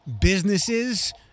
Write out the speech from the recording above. businesses